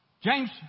James